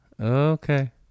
okay